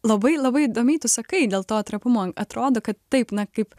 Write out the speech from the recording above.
labai labai įdomiai tu sakai dėl to trapumo atrodo kad taip na kaip